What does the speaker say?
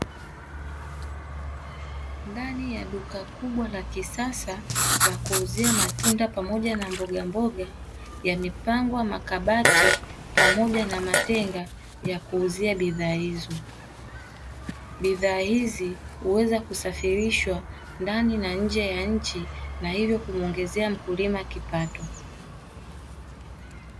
Ndani ya duka kubwa la kisasa la kuuzia matunda pamoja na mbogamboga, yamepangwa makabati pamoja na matenga ya kuuzia bidhaa hizo. Bidhaa hizi huweza kusafirishwa ndani na nje ya nchi na hivyo kumuongezea mkulima kipato.